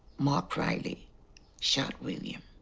mark reilly shot william.